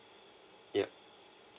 yup